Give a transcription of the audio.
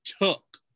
took